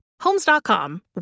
Homes.com